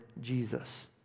Jesus